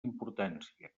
importància